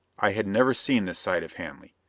i had never seen this side of hanley.